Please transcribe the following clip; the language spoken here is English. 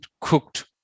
cooked